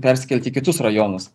persikelti į kitus rajonus